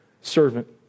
servant